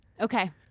Okay